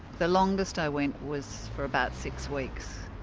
the longest i went was for about six weeks,